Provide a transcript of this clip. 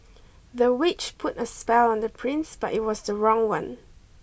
the witch put a spell on the prince but it was the wrong one